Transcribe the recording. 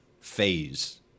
phase